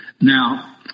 Now